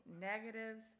negatives